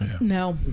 No